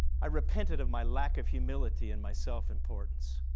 i repented of my lack of humility and my self-importance.